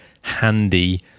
handy